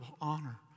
honor